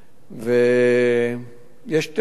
ויש טענות,